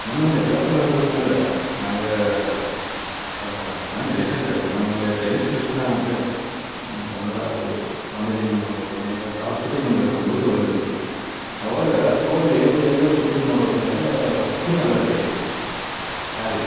ಮೊನ್ನೆ ಒಂದು ಎಕ್ಸಾಂಪಲ್ ಹೇಳ್ಬೇಕಂದ್ರೆ ನನಗೆ ಮೊನ್ನೆ ರೀಸೆಂಟಾಗಿ ನಮ್ಮಲ್ಲೇ ಟೆನ್ನಿಸ್ ಕೃಷ್ಣ ಅಂತೇಳಿ ನಮ್ಮ ಕನ್ನಡ ಇವರು ಕಾಮೆಡಿ ಮನ್ ಅವರು ನಮ್ಮಲ್ಲೇ ಇದು ಅವ್ರು ಸೂಟಿಂಗ್ ಬಂದಿದ್ರು ನಮ್ಮ ಊರಿಗೆ ಬಂದಿದ್ದರು ಅವಾಗ ಅವರಿಗೆ ಒಂದು ಎಲ್ಲೋ ಸೂಟಿಂಗ್ ಮಾಡೋ ಹೊತ್ನ್ಯಾಗಾ ಸ್ಕಿನ್ ಅಲರ್ಜಿ ಆಗೈತೆ ಕಾಲಿಗೆ